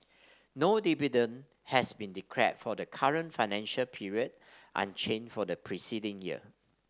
no dividend has been declared for the current financial period unchanged from the preceding year